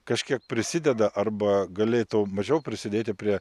kažkiek prisideda arba galėtų mažiau prisidėti prie